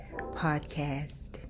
podcast